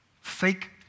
fake